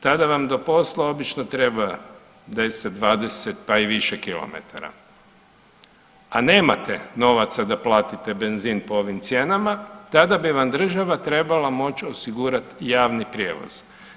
Tada vam do posla obično treba 10, 20 pa i više kilometara a nemate novaca da platite benzin po ovim cijenama tada bi vam država trebala moći osigurati javni prijevoz.